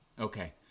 Okay